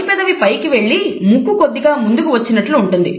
పై పెదవి పైకి వెళ్లి ముక్కు కొద్దిగా ముందుకు వచ్చినట్టు ఉంటుంది